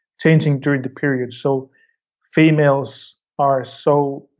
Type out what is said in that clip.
changing during the period. so females are so,